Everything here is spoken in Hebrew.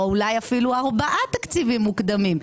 או אולי אפילו ארבעה תקציבים מוקדמים.